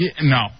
No